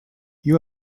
you